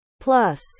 Plus